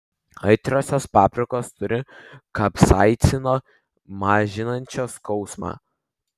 aitriosios paprikos turi kapsaicino mažinančio skausmą